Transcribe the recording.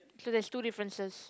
so there's two differences